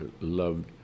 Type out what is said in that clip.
loved